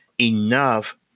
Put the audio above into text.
enough